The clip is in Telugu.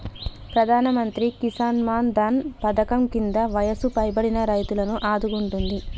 ప్రధానమంత్రి కిసాన్ మాన్ ధన్ పధకం కింద వయసు పైబడిన రైతులను ఆదుకుంటుంది